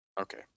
Okay